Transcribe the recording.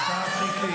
ואתה מעיר לי שאני פה?